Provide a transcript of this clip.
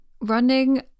running